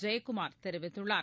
ஜெயக்குமார் தெரிவித்துள்ளார்